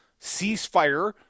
ceasefire –